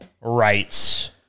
rights